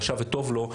רשע וטוב לו,